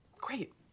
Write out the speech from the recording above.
Great